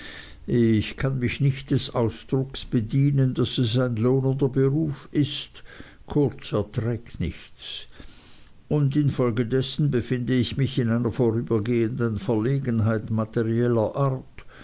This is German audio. ich kann mich nicht des ausdrucks bedienen daß es ein lohnender beruf ist kurz er trägt nichts und infolgedessen befinde ich mich in einer vorübergehenden verlegenheit materieller art